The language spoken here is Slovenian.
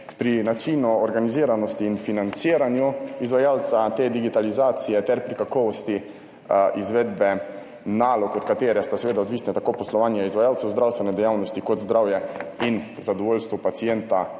pri načinu organiziranosti in financiranju izvajalca te digitalizacije ter pri kakovosti izvedbe nalog, od katere sta seveda odvisna tako poslovanje izvajalcev zdravstvene dejavnosti kot zdravje in zadovoljstvo pacienta,